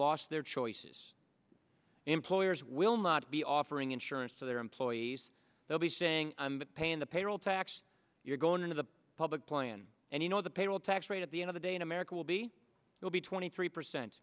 lost their choices employers will not be offering insurance for their employees they'll be saying i'm paying the payroll tax you're going into the public plan and you know the payroll tax rate at the end of the day in america will be will be twenty three percent